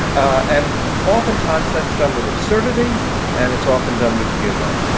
and oftentimes that's done with absurdity and it's often done with humour.